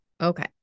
okay